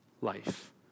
life